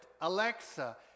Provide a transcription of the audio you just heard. Alexa